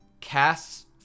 casts